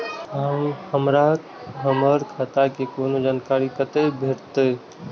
हमरा हमर खाता के कोनो जानकारी कते भेटतै